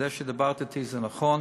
זה שדיברת אתי זה נכון,